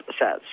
says